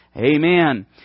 Amen